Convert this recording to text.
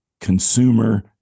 consumer